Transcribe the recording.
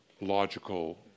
logical